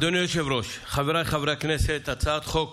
אדוני היושב-ראש, חבריי חברי הכנסת, הצעת חוק